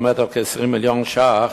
העומד על כ-20 מיליון שקלים,